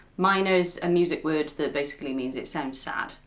minor is a music word that basically means it sounds sad.